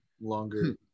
longer